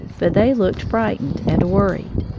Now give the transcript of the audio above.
but they looked frightened and worried.